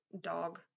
dog